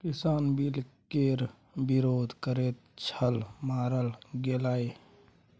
किसान बिल केर विरोध करैत छल मारल गेलाह